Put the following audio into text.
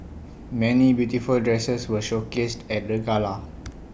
many beautiful dresses were showcased at the gala